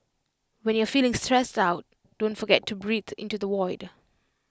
when you are feeling stressed out don't forget to breathe into the void